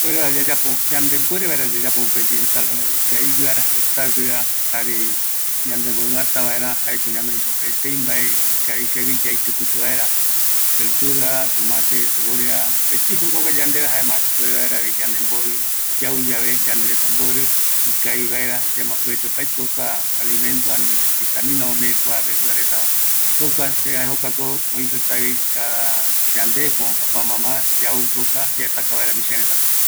Yayapo vaera mopetï ensalada ikavigueva, jare omomɨrata vaera yanderete, oimeta ñanoi opaete yayapo vaera, kuareta yau yave yanderete omborɨ, yandeko yauta jouvaeravi misïareta